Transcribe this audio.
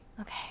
Okay